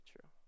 true